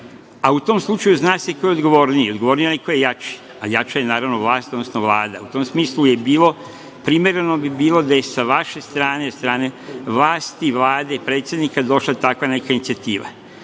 U tom slučaju se zna ko je odgovorniji. Odgovorniji je onaj ko je jači, a jača je naravno vlast, odnosno Vlada. U tom smislu bi primereno bilo da je sa vaše strane, od strane vlasti, Vlade, predsednika došla takva neka inicijativa.